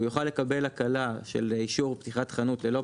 הוא יוכל לקבל הקלה של אישור פתיחת חנות ללא פנייה לממונה על התחרות.